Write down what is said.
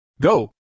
Go